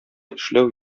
эшләү